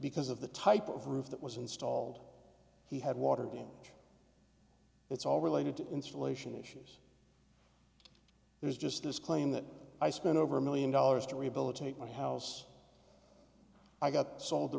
because of the type of roof that was installed he had water damage it's all related to insulation issues there's just this claim that i spent over a million dollars to rehabilitate my house i got sold the